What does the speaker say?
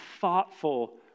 thoughtful